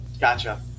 Gotcha